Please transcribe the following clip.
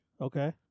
okay